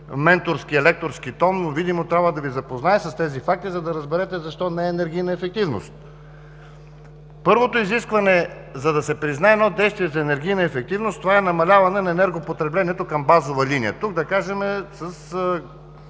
менторския, лекторски тон, но видимо трябва да Ви запозная с тези факти, за да разберете защо не е енергийна ефективността. Първото изискване, за да се признае едно действие за енергийна ефективност, това е намаляване на енергопотреблението към базова линия. Тук, да кажем, с